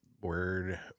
word